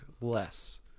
less